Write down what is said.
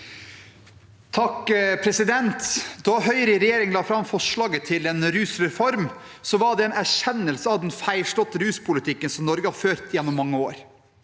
(H) Da Høyre i regje- ring la fram forslaget til en rusreform, var det med en erkjennelse av den feilslåtte ruspolitikken Norge har ført gjennom mange år.